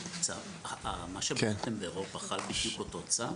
לפי מה שבדקתם, באירופה חל בדיוק אותו צו?